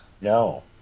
No